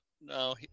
no